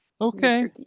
Okay